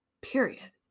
Period